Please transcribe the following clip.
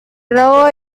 robo